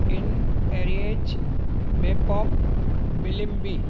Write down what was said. इन areas maypop bloom B